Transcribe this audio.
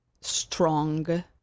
strong